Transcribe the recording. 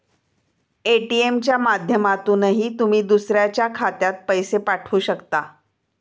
ATM च्या माध्यमातूनही तुम्ही दुसऱ्याच्या खात्यात पैसे पाठवू शकता